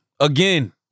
again